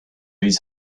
his